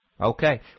Okay